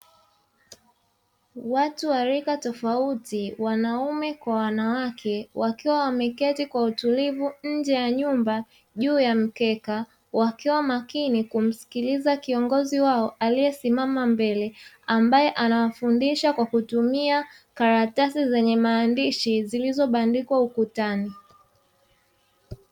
Watu wa rika tofauti (wanaume na wanawake), wakiwa wameketi kwa utulivu nje ya nyumba juu ya mkeka, wakiwa makini kumsikiliza kiongozi wao aliyesimama mbele, ambaye anawafundisha kwa kutumia karatasi zenye maandishi zilizobandikwa ukutani.